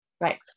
Right